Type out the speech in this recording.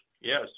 yes